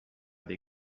dei